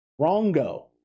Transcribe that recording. Rongo